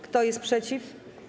Kto jest przeciw?